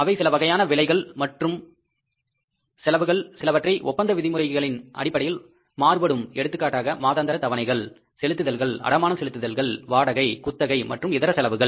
அவை சில வகையான விலைகள் மற்று செலவுகள் சிலவகையான ஒப்பந்த விதிமுறைகளின் அடிப்படையில் மாறுபடும் எடுத்துக்காட்டாக மாதாந்திர தவணைகள் செலுத்துங்கள் அடமான செலுத்துங்கள் வாடகை குத்தகை மற்றும் இதர செலவுகள்